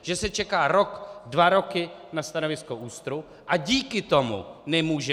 Že se čeká rok, dva roky na stanovisko ÚSTR, a díky tomu nemůže